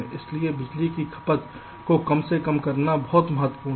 इसलिए बिजली की खपत को कम करना सबसे महत्वपूर्ण है